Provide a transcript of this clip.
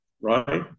right